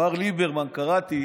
קראתי